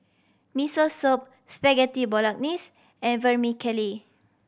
Miso Soup Spaghetti Bolognese and Vermicelli